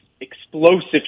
explosive